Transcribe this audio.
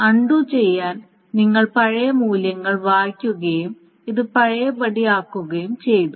undo ചെയ്യാൻ നിങ്ങൾ പഴയ മൂല്യങ്ങൾ വായിക്കുകയും ഇത് പഴയപടിയാക്കുകയും ചെയ്തു